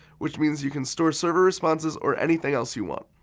which means you can store server responses or anything else you want.